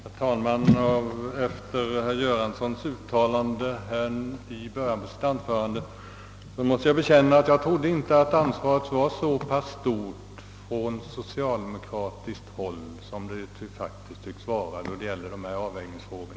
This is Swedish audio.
Herr talman! Efter det uttalande som herr Göransson gjorde i början av sitt anförande måste jag tillstå, att jag inte trodde att socialdemokraterna kände ett så pass stort ansvar som faktiskt tycks vara fallet då det gäller dessa avvägningsfrågor.